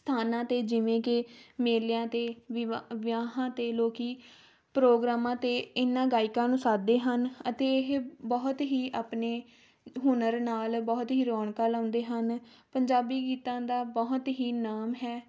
ਸਥਾਨਾਂ 'ਤੇ ਜਿਵੇਂ ਕਿ ਮੇਲਿਆਂ 'ਤੇ ਵਿਵਾ ਵਿਆਹਾਂ 'ਤੇ ਲੋਕ ਪ੍ਰੋਗਰਾਮਾਂ 'ਤੇ ਇਹਨਾਂ ਗਾਇਕਾਂ ਨੂੰ ਸੱਦਦੇ ਹਨ ਅਤੇ ਇਹ ਬਹੁਤ ਹੀ ਆਪਣੇ ਹੁਨਰ ਨਾਲ ਬਹੁਤ ਹੀ ਰੌਣਕਾਂ ਲਗਾਉਂਦੇ ਹਨ ਪੰਜਾਬੀ ਗੀਤਾਂ ਦਾ ਬਹੁਤ ਹੀ ਨਾਮ ਹੈ